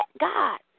God